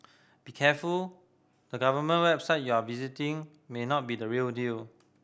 be careful the government website you are visiting may not be the real deal